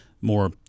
more